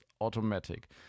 automatic